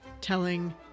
telling